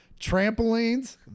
Trampolines